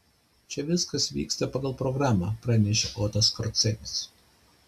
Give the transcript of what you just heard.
viskas čia vyksta pagal programą pranešė otas skorcenis